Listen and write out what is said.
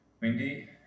windy